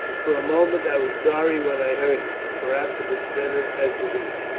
for a moment i was sorry when i heard it, but perhaps it is better as it is.